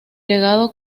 legado